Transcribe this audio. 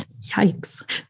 Yikes